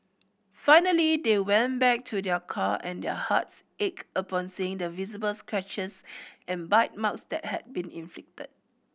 finally they went back to their car and their hearts ached upon seeing the visible scratches and bite marks that had been inflicted